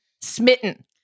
smitten